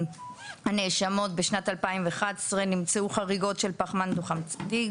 הנאשמות בשנת 2011 נמצאו חריגות של פחמן דו-חמצתי,